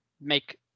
make